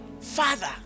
father